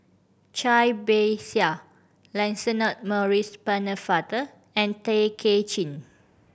Cai Bixia Lancelot Maurice Pennefather and Tay Kay Chin